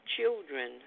children